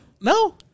no